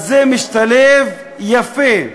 אז זה משתלב יפה.